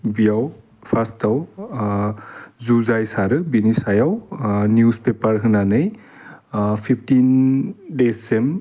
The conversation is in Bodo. बियाव फार्स्टआव अह जुजाइ सारो बिनि सायाव निउस पेपार होनानै फिफटिन देसजों